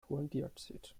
kohlendioxid